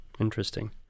Interesting